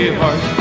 heart